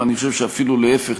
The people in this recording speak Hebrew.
אני חושב ששיתוף הפעולה